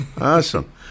Awesome